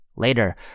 Later